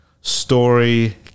story